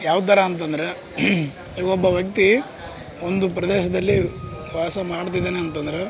ಯಾವ ಥರ ಅಂತಂದರೆ ಒಬ್ಬ ವ್ಯಕ್ತಿ ಒಂದು ಪ್ರದೇಶದಲ್ಲಿ ವಾಸ ಮಾಡ್ತಿದ್ದಾನೆ ಅಂತಂದರೆ